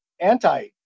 anti